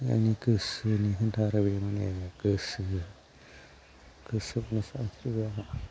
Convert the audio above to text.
आंनि गोसोनि होनथारो आरो गोसोनि गोसोब्लानो सानस्रियो आंहा